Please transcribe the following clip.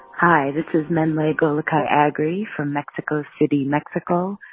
hi. this is munlego lukiagri from mexico city, mexico,